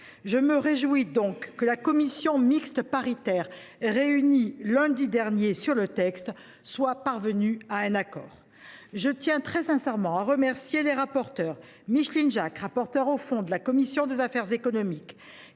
Je me réjouis donc que la commission mixte paritaire réunie lundi dernier sur le texte soit parvenue à un accord. Je tiens très sincèrement à remercier les rapporteurs, Micheline Jacques, rapporteur au fond de la commission des affaires économiques,